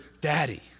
daddy